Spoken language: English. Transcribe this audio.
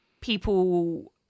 people